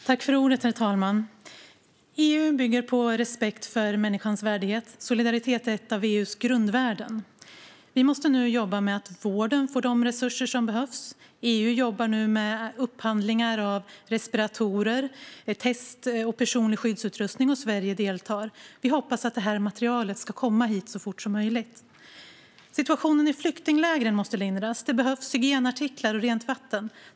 Herr talman! EU bygger på respekt för människans värdighet. Solidaritet är ett av EU:s grundvärden. Vi måste nu jobba med att vården får de resurser som behövs. EU jobbar nu med upphandlingar av respiratorer, tester och personskyddsutrustning, och Sverige deltar. Vi hoppas att det materialet ska komma hit så fort som möjligt. Situationen i flyktinglägren måste lindras. Det behövs hygienartiklar och rent vatten.